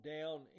down